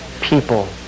people